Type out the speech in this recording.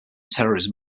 terrorism